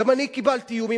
גם אני קיבלתי איומים,